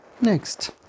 Next